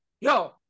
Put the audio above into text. yo